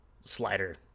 slider